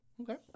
Okay